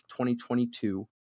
2022